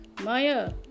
Maya